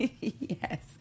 Yes